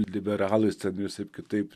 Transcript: liberalais ten visaip kitaip